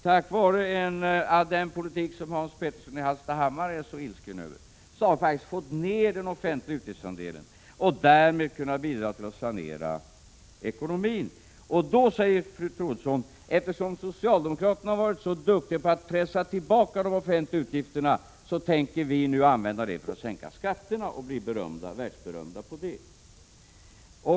Tack vare den politik som Hans Petersson i Hallstahammar är så ilsken över har vi faktiskt fått ned de offentliga utgifternas andel och därmed kunnat bidra till att sanera ekonomin. Fru Troedsson säger vidare att eftersom socialdemokraterna har varit så duktiga på att pressa tillbaka de offentliga utgifterna, vill man använda vinsten av detta till att sänka skatterna och bli världsberömd på det.